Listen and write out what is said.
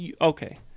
Okay